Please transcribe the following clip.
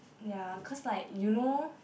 ya cause like you know